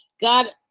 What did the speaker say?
God